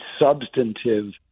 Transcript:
substantive